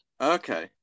Okay